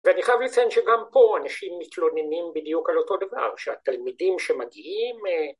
ואני חייב לציין שגם פה אנשים מתלוננים בדיוק על אותו דבר שהתלמידים שמגיעים